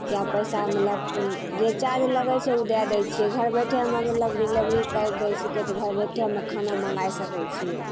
या पैसा मतलब जे चार्ज लगय छै उ दे दै छियै घर बैठे मतलब डिलेवरी कर दै छिकै तऽ घर बैठलमे खाना मँगय सकय छियै